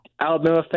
Alabama